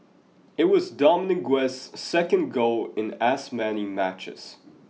it was Dominguez's second goal in as many matches